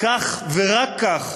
כך, ורק כך,